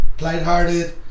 Lighthearted